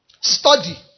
Study